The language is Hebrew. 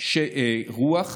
של רוח.